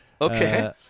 Okay